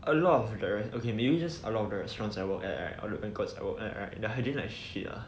a lot of restaurants okay maybe just a lot the restaurants I work at all right all the banquets I work at right their hygiene like shit ah